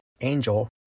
Angel